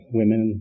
women